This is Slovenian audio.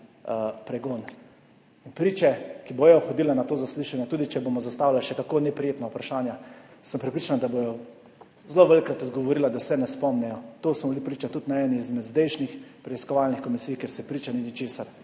pregon. In priče, ki bodo hodile na to zaslišanje, tudi če bomo zastavljali še kako neprijetna vprašanja, sem prepričan, da bodo zelo velikokrat odgovorile, da se ne spomnijo. Temu smo bili priča tudi na eni izmed zdajšnjih preiskovalnih komisij, kjer se priča ni ničesar